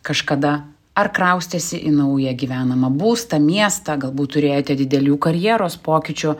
kažkada ar kraustęsi į naują gyvenamą būstą miestą galbūt turėjote didelių karjeros pokyčių